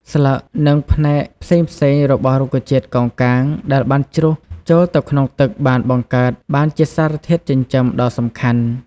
ស្លឹក និងផ្នែកផ្សេងៗរបស់រុក្ខជាតិកោងកាងដែលបានជ្រុះចូលទៅក្នុងទឹកបានបង្កើតបានជាសារធាតុចិញ្ចឹមដ៏សំខាន់។